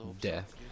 death